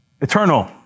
Eternal